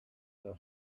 know